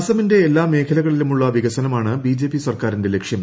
അസമിന്റെ എല്ലാ മേഖലകളിലുമുള്ള വികസനമാണ് ബിജെപി സർക്കാരിന്റെ ലക്ഷ്യം